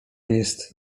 jest